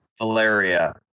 valeria